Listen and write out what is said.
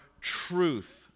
truth